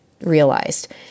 realized